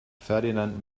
ferdinand